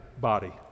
body